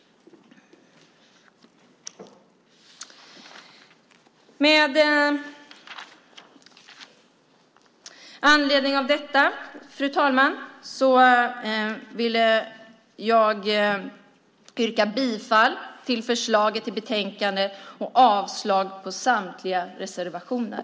Med anledning av detta, fru talman, vill jag yrka bifall till förslaget i betänkandet och avslag på samtliga reservationer.